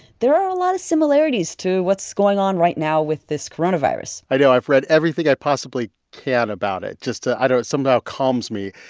there are a lot of similarities to what's going on right now with this coronavirus i know i've read everything i possibly can about it just to i don't know. it somehow calms me.